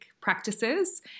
practices